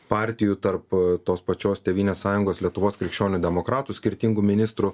partijų tarp tos pačios tėvynės sąjungos lietuvos krikščionių demokratų skirtingų ministrų